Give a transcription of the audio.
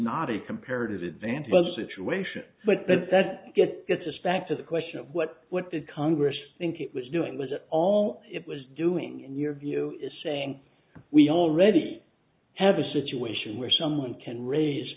not a comparative advantage of a situation but then that gets us back to the question of what what did congress think it was doing was that all it was doing in your view is saying we already have a situation where someone can raise